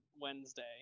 Wednesday